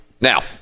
Now